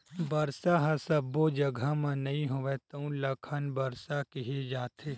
बरसा ह सब्बो जघा म नइ होवय तउन ल खंड बरसा केहे जाथे